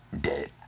Dead